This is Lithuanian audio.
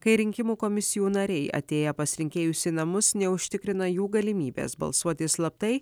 kai rinkimų komisijų nariai atėję pas rinkėjus į namus neužtikrina jų galimybės balsuoti slaptai